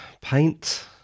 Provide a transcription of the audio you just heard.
paint